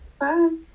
Bye